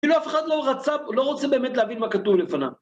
אפילו אף אחד לא רצה, לא רוצה באמת להבין מה כתוב לפניו.